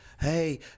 hey